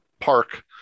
park